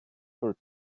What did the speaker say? third